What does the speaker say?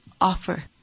offer